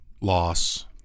Loss